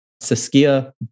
Saskia